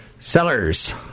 Sellers